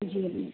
जी ma'am